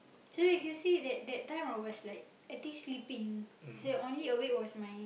so you can that that time I was like I think sleeping the only awake was my